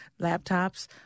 laptops